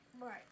Right